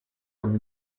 comme